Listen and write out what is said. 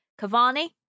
Cavani